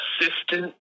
assistant